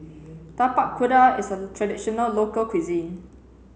Tapak Kuda is a traditional local cuisine